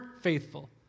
faithful